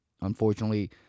Unfortunately